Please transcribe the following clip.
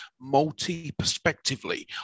multi-perspectively